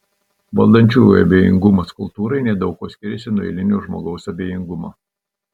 valdančiųjų abejingumas kultūrai nedaug kuo skiriasi nuo eilinio žmogaus abejingumo